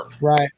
Right